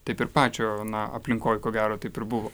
taip ir pačio na aplinkoj ko gero taip ir buvo